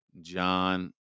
John